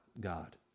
God